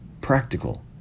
practical